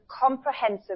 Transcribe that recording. comprehensive